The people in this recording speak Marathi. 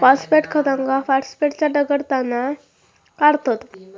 फॉस्फेट खतांका फॉस्फेटच्या दगडातना काढतत